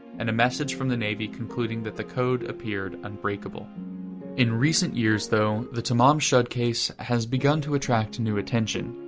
and a message from the navy concluding that the code appeared unbreakable in recent years, though, the tamam shud case has begun to attract new attention.